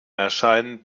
erscheinen